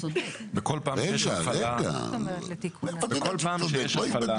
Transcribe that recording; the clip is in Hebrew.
כל פעם שיש הפעלה,